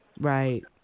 Right